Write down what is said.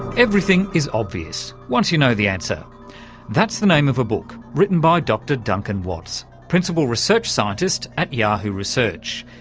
everything is obvious once you know the answer is the name of a book written by dr duncan watts, principal research scientist at yahoo! research.